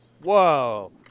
Whoa